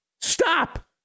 Stop